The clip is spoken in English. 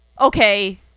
okay